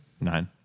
nine